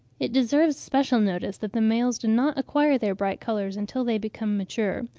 it deserves especial notice that the males do not acquire their bright colours until they become mature.